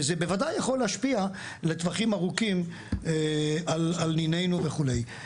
וזה בוודאי יכול להשפיע לטווחים ארוכים על ניניינו וכולי.